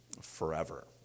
forever